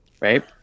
right